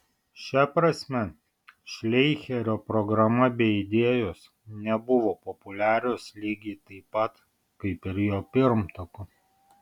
šia prasme šleicherio programa bei idėjos nebuvo populiarios lygiai taip pat kaip ir jo pirmtako